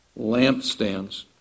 lampstands